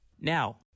Now